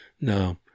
No